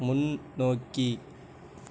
முன் நோக்கி